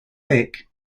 thick